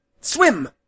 Swim